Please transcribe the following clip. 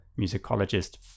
musicologist